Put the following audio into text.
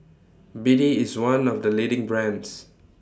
B D IS one of The leading brands